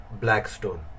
Blackstone